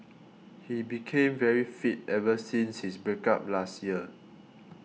he became very fit ever since his break up last year